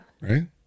right